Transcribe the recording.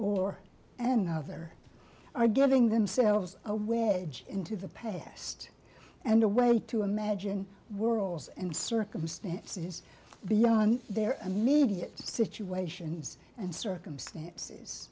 or an other are giving themselves a wedge into the past and a way to imagine worlds and circumstances beyond their immediate situations and circumstances